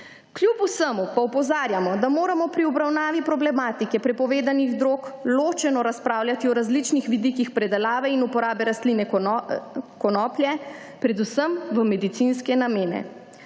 Kljub vsemu pa opozarjamo, da moramo pri obravnavi problematike prepovedanih drog ločeno razpravljati o različnih vidikih predelave in uporabe rastline konoplje, predvsem v medicinske namene.